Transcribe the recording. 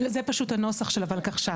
זה פשוט הנוסח של הולקחש"פ.